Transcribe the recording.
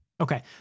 Okay